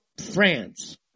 France